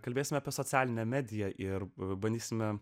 kalbėsime apie socialinę mediją ir pabandysime